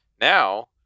now